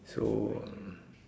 so